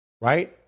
Right